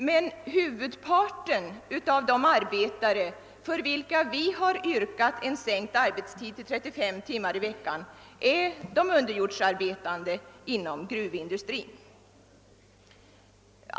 Men huvudparten av de arbetare för vilka vi har yrkat på sänkt arbetstid till 35 timmar i veckan i de underjordsarbetande inom gruvindustrin.